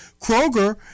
Kroger